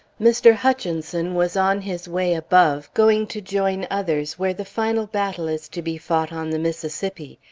mr. hutchinson was on his way above, going to join others where the final battle is to be fought on the mississippi.